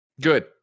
Good